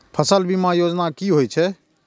फसल बीमा योजना कि होए छै?